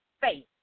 faith